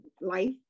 life